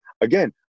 again